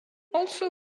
also